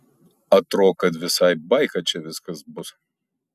atro kad visai baika čia viskas bus